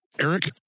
Eric